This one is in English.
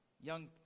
Young